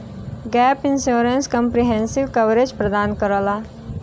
gap insurance comprehensive coverage प्रदान करला